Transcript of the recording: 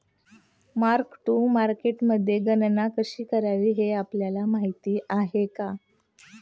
Mark to मार्केटमध्ये गणना कशी करावी हे आपल्याला माहित आहे का?